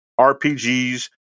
RPGs